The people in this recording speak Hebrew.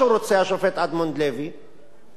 ויכול להתהדר חבר הכנסת שנלר,